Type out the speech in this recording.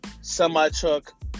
semi-truck